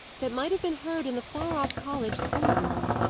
that might have been heard in the far-off college schoolroom.